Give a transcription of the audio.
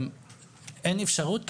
גם אין אפשרות כזאת.